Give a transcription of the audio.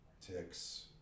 Ticks